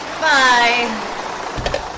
Bye